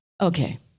Okay